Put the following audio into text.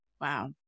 Wow